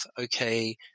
okay